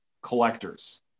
collectors